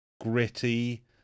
gritty